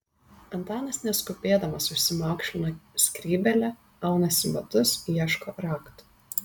antanas neskubėdamas užsimaukšlina skrybėlę aunasi batus ieško raktų